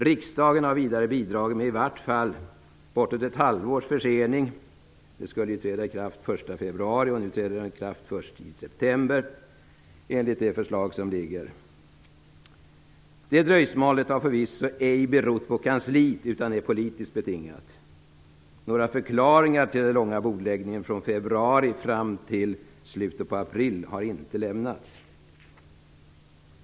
Riksdagen har vidare bidragit med i vart fall bortåt ett halvårs försening. Lagen skulle ju träda i kraft den 1 februari och nu träder den i kraft först i september enligt det förslag som föreligger. Det dröjsmålet har förvisso ej berott på kansliet, utan är politiskt betingat. Några förklaringar till den långa bordläggningen, från februari fram till slutet av april, har inte lämnats.